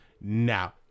now